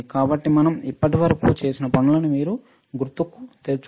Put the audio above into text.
కాబట్టి మనం ఇప్పటివరకు చేసిన పనులను మీరు గుర్తుకు తెచ్చుకోండి